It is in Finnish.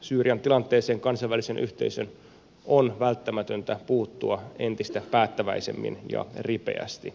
syyrian tilanteeseen kansainvälisen yhteisön on välttämätöntä puuttua entistä päättäväisemmin ja ripeästi